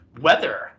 weather